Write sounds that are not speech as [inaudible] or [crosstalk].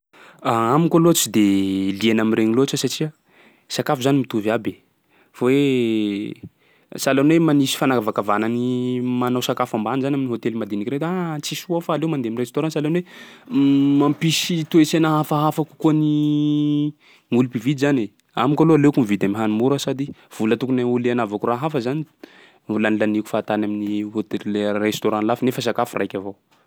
[hesitation] Amiko aloha tsy de liana am'iregny loatsy satsia sakafo zany mitovy aby fa hoe sahalan'ny hoe manisy fanavakavahana ny manao sakafo ambany zany amin'ny hôtely madinika reto: ah! Tsisy ho ao fa aleo mandeha am'restaurant, sahalan'ny hoe [noise] [hesitation] mampisy toe-tsaina hafahafa kokoa ny olo mpividy zany e. Amiko aloha aleoko mividy am'hany mora sady vola tokony ho li- anavako raha hafa zany no lanilaniako fahatany amin'ny hôtel lai- restaurant lafo nefa sakafo raika avao.